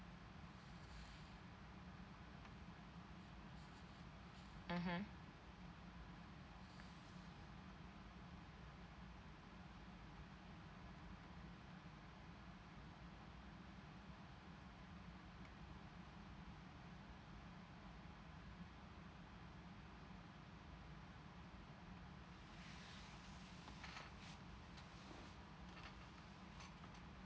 mmhmm